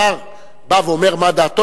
השר בא ואומר מה דעתו,